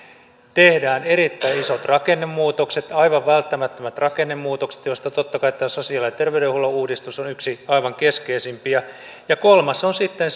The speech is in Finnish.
tehdään erittäin isot rakennemuutokset aivan välttämättömät rakennemuutokset joista totta kai tämä sosiaali ja terveydenhuollon uudistus on yksi aivan keskeisimpiä ja kolmas on sitten